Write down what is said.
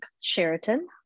Sheraton